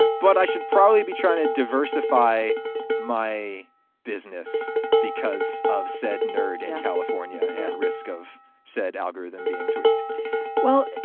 but i should probably be trying to diversify my business because of said nerd in california. and risk of said algorithm being tweaked well,